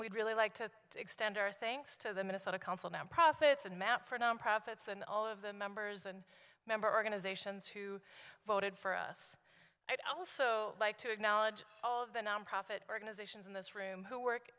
we'd really like to extend our thanks to the minnesota council nonprofits and map for non profits and all of the members and member organizations who voted for us i'd also like to acknowledge all of the nonprofit organizations in this room who work